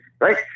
right